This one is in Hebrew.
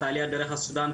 את העלייה דרך סודן,